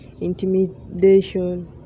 intimidation